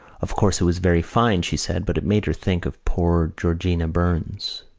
of course it was very fine, she said, but it made her think of poor georgina burns.